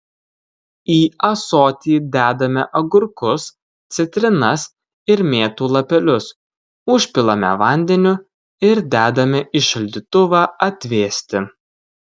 į ąsoti dedame agurkus citrinas ir mėtų lapelius užpilame vandeniu ir dedame į šaldytuvą atvėsti